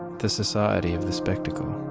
the society of the spectacle.